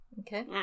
Okay